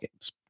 games